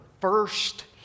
first